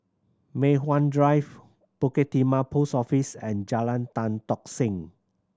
Mei Hwan Drive Bukit Timah Post Office and Jalan Tan Tock Seng